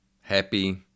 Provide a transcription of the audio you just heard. happy